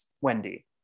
Wendy